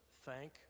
Thank